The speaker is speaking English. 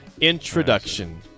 introduction